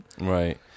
Right